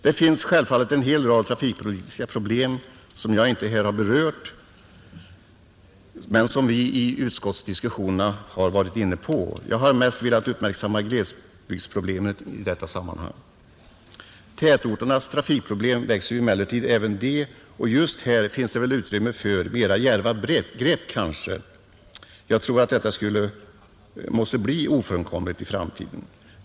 Det finns självfallet en hel rad trafikpolitiska problem som jag här inte har berört, men som vi i utskottsdiskussionerna har varit inne på. Jag har mest velat uppmärksamma glesbygdsproblemen i detta sammanhang. Tätorternas trafikproblem växer emellertid även de och här finns det väl utrymme för mera djärva grepp; jag tror att det blir ofrånkomligt med sådana i framtiden.